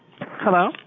Hello